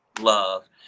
love